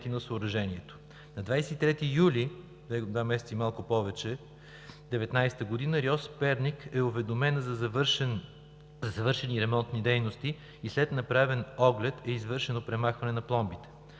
на съоръжението. На 23 юли 2019 г. РИОСВ – Перник, е уведомена за завършени ремонтни дейности и след направен оглед е извършено премахване на пломбите.